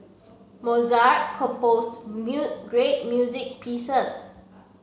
Mozart composed great music pieces